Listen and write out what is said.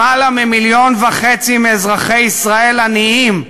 למעלה מ-1.5 מיליון מאזרחי ישראל הם עניים.